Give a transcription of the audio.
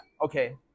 Okay